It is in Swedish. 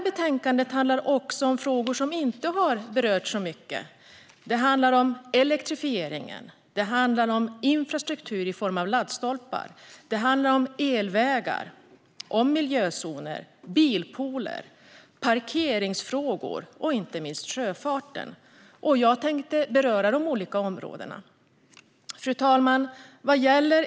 Betänkandet handlar också om frågor som inte har berörts så mycket, till exempel elektrifiering, infrastruktur i form av laddstolpar och elvägar. Det handlar om miljözoner, bilpooler, parkering och inte minst sjöfarten. Jag tänkte beröra dessa olika områden. Fru talman!